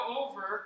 over